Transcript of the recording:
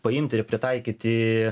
paimti ir pritaikyti